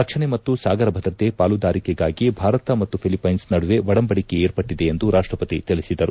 ರಕ್ಷಣೆ ಮತ್ತು ಸಾಗರ ಭದ್ರತೆ ಪಾಲುದಾರಿಕೆಗಾಗಿ ಭಾರತ ಮತ್ತು ಫಿಲಿಪೈನ್ಸ್ ನಡುವೆ ಒಡಂಬಡಿಕೆ ಏರ್ಪಟ್ಟದೆ ಎಂದು ರಾಷ್ಟಪತಿ ತಿಳಿಸಿದರು